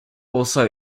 also